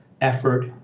effort